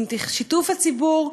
עם שיתוף הציבור,